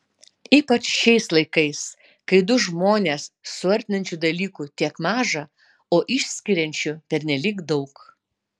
ypač šiais laikais kai du žmones suartinančių dalykų tiek maža o išskiriančių pernelyg daug